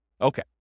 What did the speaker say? Okay